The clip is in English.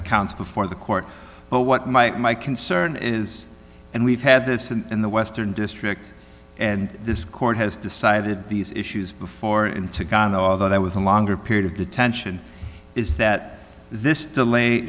counts before the court but what my concern is and we've had this in the western district and this court has decided these issues before him took on the although there was a longer period of detention is that this delay